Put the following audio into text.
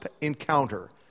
encounter